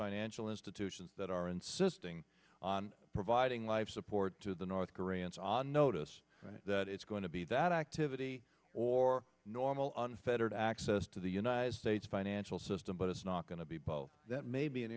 financial institutions that are insisting on providing life support to the north koreans on notice that it's going to be that activity or normal unfettered access to the united states financial system but it's not going to be that may be an